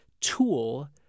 tool